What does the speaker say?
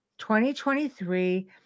2023